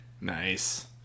Nice